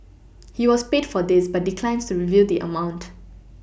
he was paid for this but declines to reveal the amount